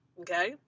Okay